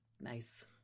Nice